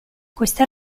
questa